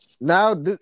Now